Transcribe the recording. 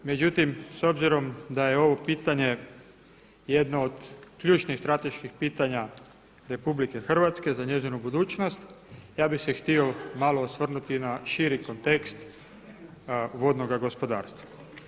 Međutim, s obzirom da je ovo pitanje jedno od ključnih i strateških pitanja RH za njezinu budućnost ja bih se htio malo osvrnuti na širi kontekst vodnoga gospodarstva.